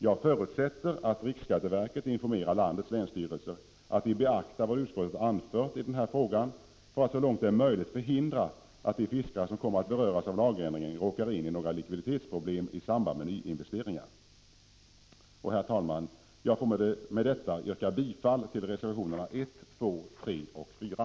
Jag förutsätter att riksskatteverket informerar landets länsstyrelser om att de beaktar vad utskottet har anfört i den här frågan för att så långt det är möjligt förhindra att de fiskare som kommer att beröras av lagändringen råkar in i några likviditetsproblem i samband med nyinvesteringar. Herr talman! Jag får med detta yrka bifall till reservationerna 1, 2, 3 och 4.